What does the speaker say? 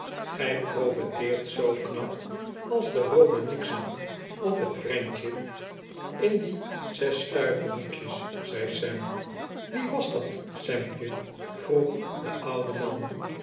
gij profeteert zoo knap als de roode nixon op het prentje in die zesstuiversboekjes zei sam wie was dat sampje vroeg de oude man